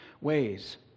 ways